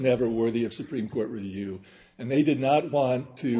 never worthy of supreme court review and they did not want to